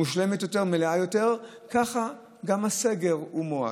מושלמת יותר, מלאה יותר, ככה גם הסגר הוא מועט.